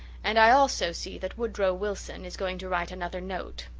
and i also see that woodrow wilson is going to write another note.